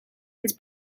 his